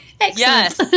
Yes